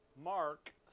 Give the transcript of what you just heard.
Mark